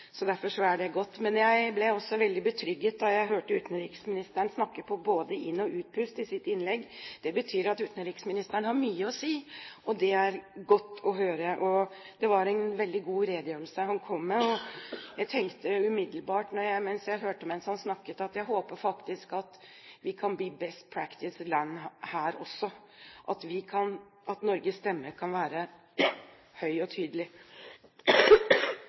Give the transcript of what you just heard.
så derfor er det godt. Men jeg ble også veldig betrygget da jeg hørte utenriksministeren snakke på både inn- og utpust i sitt innlegg. Det betyr at utenriksministeren har mye å si, og det er godt å høre. Det var en veldig god redegjørelse han kom med, og jeg tenkte umiddelbart da jeg hørte han snakket, at jeg håper faktisk at vi kan bli «best practice»-land her også, og at Norges stemme kan være høy og tydelig.